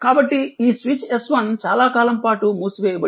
కాబట్టి ఈ switch S1 చాలా కాలం పాటు మూసివేయబడింది